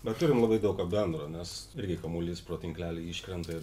bet turim labai daug ką bendro nes irgi kamuolys pro tinklelį iškrenta ir